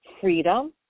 freedom